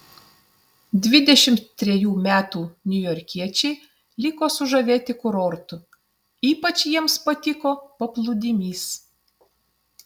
dvidešimt trejų metų niujorkiečiai liko sužavėti kurortu ypač jiems patiko paplūdimys